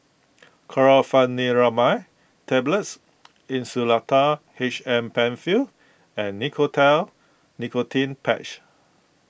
Chlorpheniramine Tablets Insulatard H M Penfill and Nicotinell Nicotine Patch